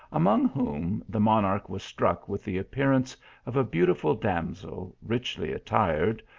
among whom, the monarch was struck with the appear ance of a beautiful damsel richly attired,